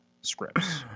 scripts